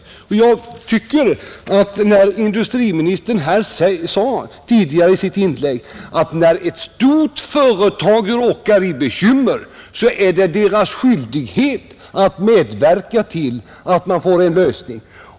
Industriministern sade att när ett stort företag råkar i bekymmer är det företagets skyldighet att medverka till en lösning.